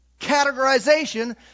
categorization